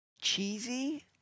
cheesy